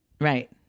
right